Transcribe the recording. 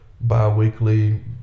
bi-weekly